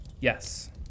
Yes